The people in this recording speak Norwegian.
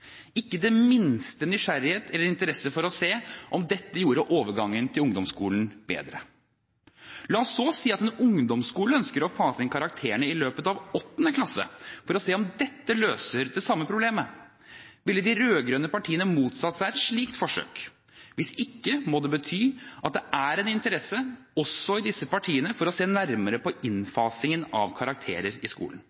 ikke den minste nysgjerrighet eller interesse for å se om dette gjorde overgangen til ungdomsskolen bedre. La oss så si at en ungdomsskole ønsker å fase inn karakterene i løpet av 8. klasse for å se om dette løser det samme problemet. Ville de rød-grønne partiene motsatt seg et slikt forsøk? Hvis ikke må det bety at det er en interesse, også i disse partiene, for å se nærmere på